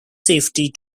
safety